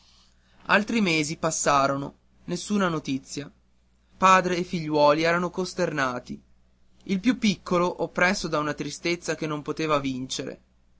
altri mesi passarono nessuna notizia padre e figliuolo erano costernati il più piccolo oppresso da una tristezza che non poteva vincere